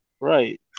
Right